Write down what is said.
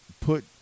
put